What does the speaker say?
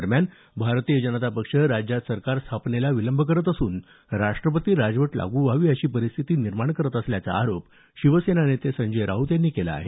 दरम्यान भारतीय जनता पक्ष राज्यात सरकार स्थापनेला विलंब करत असून राष्ट्रपती राजवट लागू व्हावी अशी परिस्थिती निर्माण करत असल्याचा आरोप शिवसेना नेते संजय राऊत यांनी केला आहे